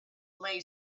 lay